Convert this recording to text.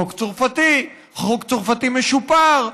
חוק צרפתי, חוק צרפתי משופר.